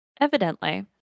Evidently